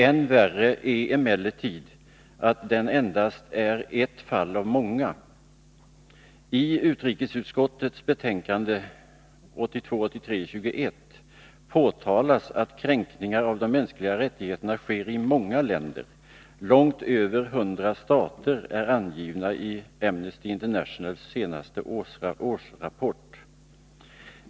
Än värre är emellertid att den endast är ett fall av många. I utrikesutskottets betänkande 1982/83:21 påtalas att kränkningar av de mänskliga rättigheterna sker i många länder. Långt över hundra stater är angivna i Amnesty Internationals senaste årsrapport.